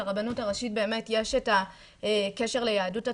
באמת יש את הקשר ליהדות התפוצות,